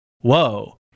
whoa